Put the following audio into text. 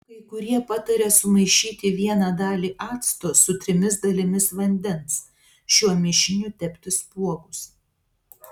kai kurie pataria sumaišyti vieną dalį acto su trimis dalimis vandens šiuo mišiniu tepti spuogus